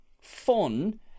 fun